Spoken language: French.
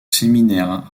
séminaire